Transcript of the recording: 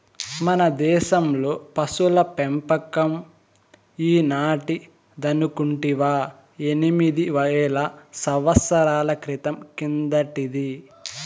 మన దేశంలో పశుల పెంపకం ఈనాటిదనుకుంటివా ఎనిమిది వేల సంవత్సరాల క్రితం కిందటిది